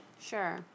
Sure